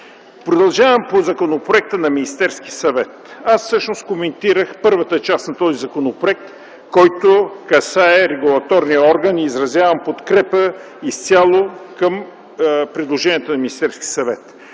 Продължавам по законопроекта на Министерския съвет. Аз всъщност коментирах първата част на този законопроект, който касае регулаторния орган и изразявам подкрепа изцяло към предложението на Министерския съвет.